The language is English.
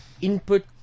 input